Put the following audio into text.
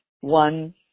One